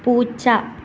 പൂച്ച